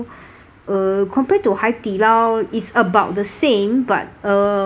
uh compared to haidilao is about the same but uh